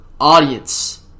audience